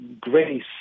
grace